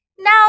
Now